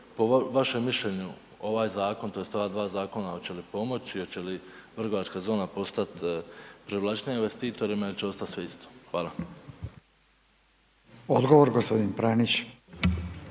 Odgovor gospodin Pranić.